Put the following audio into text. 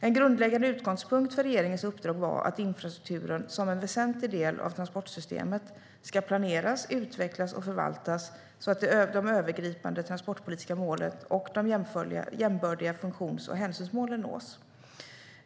En grundläggande utgångspunkt för regeringens uppdrag var att infrastrukturen, som en väsentlig del av transportsystemet, ska planeras, utvecklas och förvaltas så att det övergripande transportpolitiska målet och de jämbördiga funktions och hänsynsmålen nås.